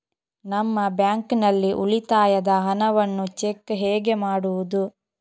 ನಮ್ಮ ಬ್ಯಾಂಕ್ ನಲ್ಲಿ ಉಳಿತಾಯದ ಹಣವನ್ನು ಚೆಕ್ ಹೇಗೆ ಮಾಡುವುದು?